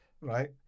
Right